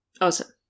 Awesome